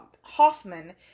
Hoffman